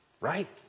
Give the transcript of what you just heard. right